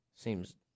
seems